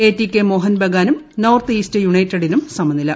ATK Mohan ബഗാനും north east യുണൈറ്റഡിനും സമനില